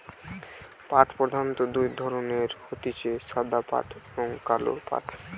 পাট প্রধানত দুই ধরণের হতিছে সাদা পাট আর কালো পাট